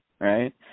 right